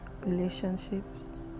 relationships